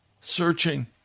searching